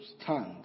stand